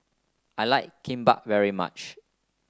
I like Kimbap very much